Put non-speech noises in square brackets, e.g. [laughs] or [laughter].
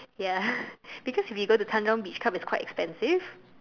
ya [laughs] because if you go to Tanjong beach club it's quite expensive